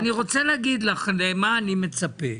אני רוצה להגיד לך למה אני מצפה,